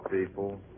people